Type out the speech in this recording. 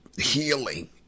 healing